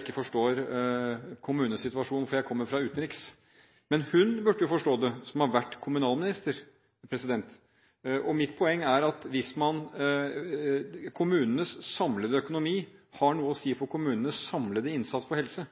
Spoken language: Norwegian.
ikke forstår kommunesituasjonen fordi jeg kommer fra utenriks. Men hun burde jo forstå dette, hun som har vært kommunalminister. Mitt poeng er at kommunenes samlede økonomi har noe å si for kommunenes samlede innsats for helse.